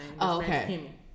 Okay